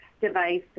device